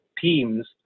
teams